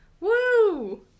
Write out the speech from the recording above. Woo